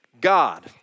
God